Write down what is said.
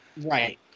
Right